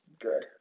good